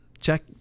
check